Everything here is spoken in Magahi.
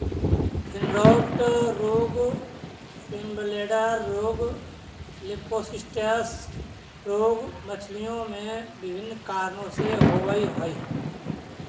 फिनराँट रोग, स्विमब्लेडर रोग, लिम्फोसिस्टिस रोग मछलियों में विभिन्न कारणों से होवअ हई